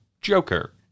Joker